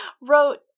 wrote